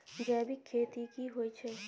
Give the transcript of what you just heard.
जैविक खेती की होए छै?